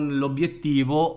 l'obiettivo